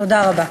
תודה רבה.